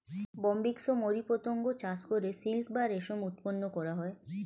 Bombyx mori পতঙ্গ চাষ করে সিল্ক বা রেশম উৎপন্ন করা হয়